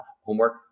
homework